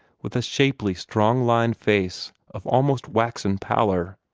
with a shapely, strong-lined face of almost waxen pallor,